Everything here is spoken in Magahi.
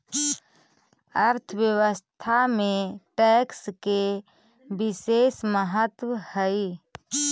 अर्थव्यवस्था में टैक्स के बिसेस महत्व हई